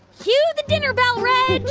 cue the dinner bell, reg